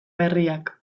berriak